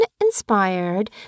inspired